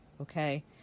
okay